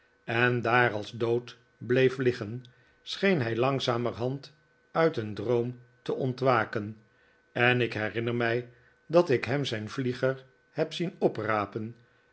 en daar als dood bleef liggen scheen hij langzamerhand uit een droom te ontwaken en ik herinner mij dat ik hem zijn vlieger heb zien oprapen